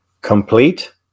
complete